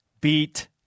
beat